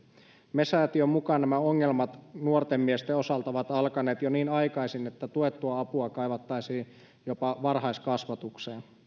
me säätiön mukaan nämä ongelmat nuorten miesten osalta ovat alkaneet jo niin aikaisin että tuettua apua kaivattaisiin jopa varhaiskasvatukseen